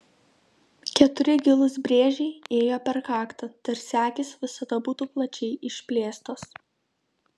keturi gilūs brėžiai ėjo per kaktą tarsi akys visada būtų plačiai išplėstos